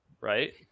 Right